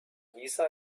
lisa